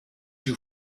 you